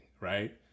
right